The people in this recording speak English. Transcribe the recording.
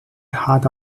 had